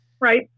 Right